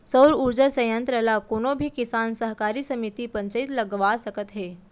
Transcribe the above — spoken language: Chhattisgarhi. सउर उरजा संयत्र ल कोनो भी किसान, सहकारी समिति, पंचईत लगवा सकत हे